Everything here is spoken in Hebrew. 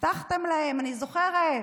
הבטחתם להם, אני זוכרת: